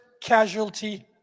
casualty